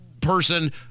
person